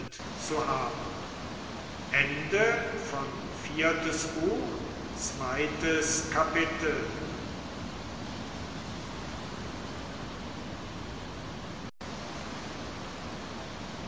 zu umgehen zweites kapitel